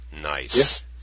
Nice